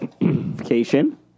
Vacation